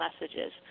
messages